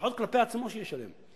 לפחות כלפי עצמו שיהיה שלם,